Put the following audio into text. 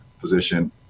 position